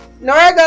Nora